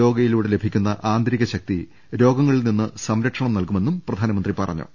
യോഗയിലൂടെ ലഭിക്കുന്ന ആന്തരിക ശക്തി രോഗങ്ങളിൽ നിന്ന് സംരക്ഷണം നൽകുമെന്നും പ്രധാ നമന്ത്രി പറഞ്ഞു